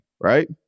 right